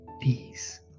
peace